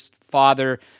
father –